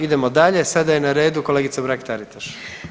Idemo dalje, sada je na redu kolegica Mrak Taritaš.